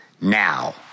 now